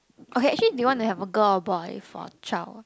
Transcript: okay actually do you want to have a girl or boy for a child